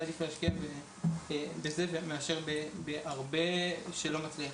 עדיף להשקיע בזה מאשר בהרבה שלא יצליח.